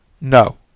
No